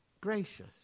Gracious